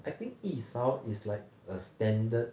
I think 一勺 is like a standard